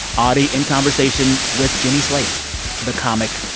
audie in conversation with jenny slate the comic,